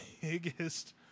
biggest